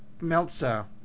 Meltzer